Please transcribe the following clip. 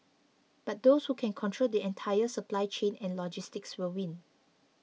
but those who can control the entire supply chain and logistics will win